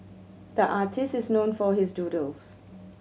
the artist is known for his doodles